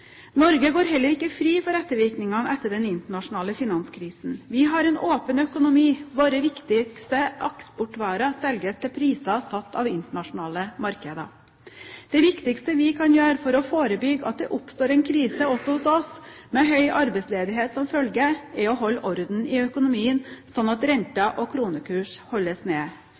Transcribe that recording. Norge går heller ikke fri for ettervirkningene etter den internasjonale finanskrisen. Vi har en åpen økonomi. Våre viktigste eksportvarer selges til priser satt av internasjonale markeder. Det viktigste vi kan gjøre for å forebygge at det oppstår en krise også hos oss, med høy arbeidsledighet som følge, er å holde orden i økonomien, slik at renter og kronekurs holdes